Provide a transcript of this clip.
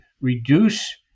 reduce